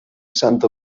santa